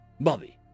Bobby